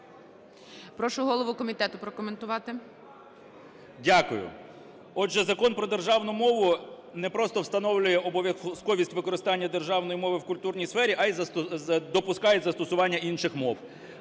Прошу голову комітету прокоментувати. 11:15:58 КНЯЖИЦЬКИЙ М.Л. Дякую. Отже, Закон про державну мову не просто встановлює обов'язковість використання державної мови в культурній сфері, а й допускає застосування інших мов.